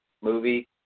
movie